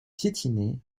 piétinait